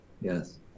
yes